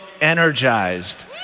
energized